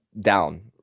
down